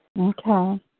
Okay